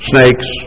Snakes